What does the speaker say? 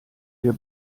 wir